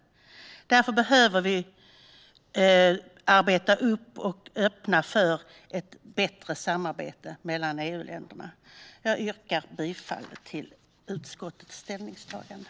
Därför behöver vi arbeta och öppna för ett bättre samarbete mellan EU-länderna. Jag yrkar bifall till utskottets förslag i utlåtandet.